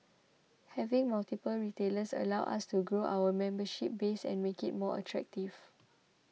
having multiple retailers allows us to grow our membership base and make it more attractive